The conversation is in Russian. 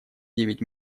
девять